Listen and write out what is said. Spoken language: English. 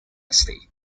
estate